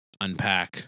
unpack